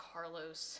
Carlos